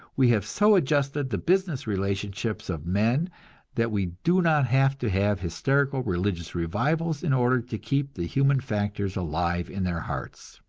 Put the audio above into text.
we have so adjusted the business relationships of men that we do not have to have hysterical religious revivals in order to keep the human factors alive in their hearts.